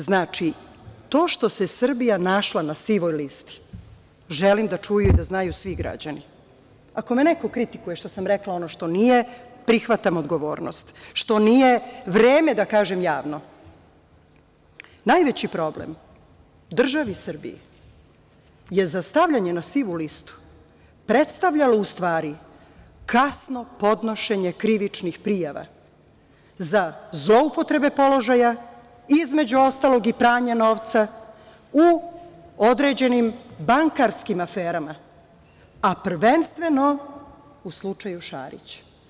Znači, to što se Srbija našla na sivoj listi, želim da čujem i da znaju svi građani, ako me neko kritikuje što sam rekla ono što nije, prihvatam odgovornost, što nije vreme da kažem javno, najveći problem državi Srbiji je za stavljanje na sivu listu predstavljalo u stvari kasno podnošenje krivičnih prijava za zloupotrebe položaja, između ostalog i pranja novca, u određenim bankarskim aferama, a prvenstveno u slučaju Šarića.